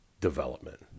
development